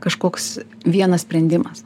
kažkoks vienas sprendimas